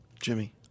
Jimmy